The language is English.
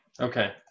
Okay